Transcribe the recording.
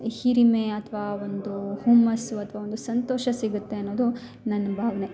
ಹಿರಿಮೆ ಅಥ್ವ ಒಂದು ಹುಮ್ಮಸ್ಸು ಅಥ್ವ ಒಂದು ಸಂತೋಷ ಸಿಗುತ್ತೆ ಅನ್ನೋದು ನನ್ನ ಭಾವ್ನೆ